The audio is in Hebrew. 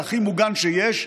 "הכי מוגן שיש"